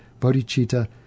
bodhicitta